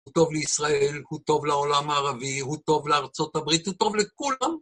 הוא טוב לישראל, הוא טוב לעולם הערבי, הוא טוב לארה״ב, הוא טוב לכולם.